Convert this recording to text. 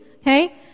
Okay